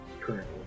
currently